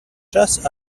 just